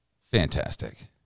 Fantastic